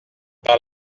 par